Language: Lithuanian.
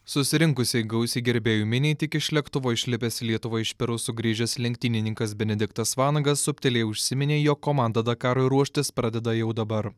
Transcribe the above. susirinkusiai gausiai gerbėjų miniai tik iš lėktuvo išlipęs į lietuvą iš peru sugrįžęs lenktynininkas benediktas vanagas subtiliai užsiminė jog komanda dakarui ruoštis pradeda jau dabar